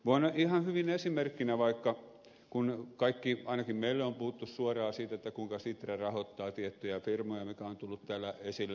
voin ihan hyvin esimerkkinä vaikka mainita sen kun ainakin meille on puhuttu suoraan siitä kuinka sitra rahoittaa tiettyjä firmoja mikä on tullut täällä esille useasti